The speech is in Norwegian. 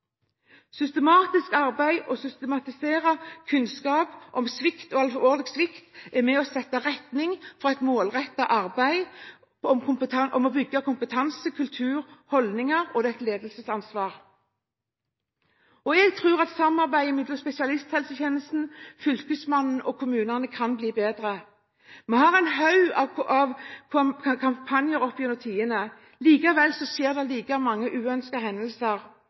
Systematisk arbeid og systematisert kunnskap om svikt og alvorlig svikt er med på å skape retning for et målrettet arbeid for å bygge kompetanse, kultur og holdninger. Det er et ledelsesansvar. Jeg tror samarbeid mellom spesialisthelsetjenesten, fylkesmannen og kommunene kan bli bedre. Vi har hatt en haug av kampanjer oppigjennom tidene. Likevel skjer det like mange uønskede hendelser.